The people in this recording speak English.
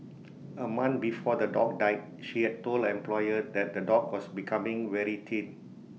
A month before the dog died she had told the employer that the dog was becoming very thin